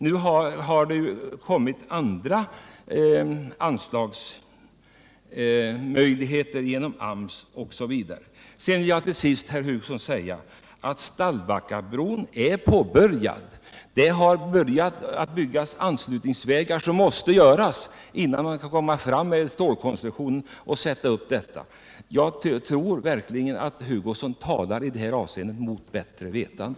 Nu har det kommit andra anslagsmöjligheter genom AMS osv. Sedan vill jag till sist säga, herr Hugosson, att Stallbackabron är påbörjad. Man har börjat bygga anslutningsvägar, vilket måste göras innan man kan komma fram med stålkonstruktionen och sätta upp den. Jag tror verkligen att herr Hugosson i det avseendet talar mot bättre vetande.